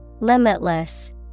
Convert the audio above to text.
Limitless